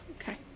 Okay